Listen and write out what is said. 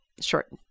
short